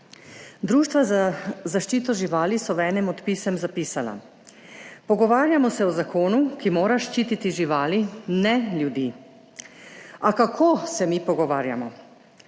Društva za zaščito živali so v enem od pisem zapisala: »Pogovarjamo se o zakonu, ki mora ščititi živali, ne ljudi.« A kako se mi pogovarjamo?